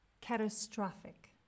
Catastrophic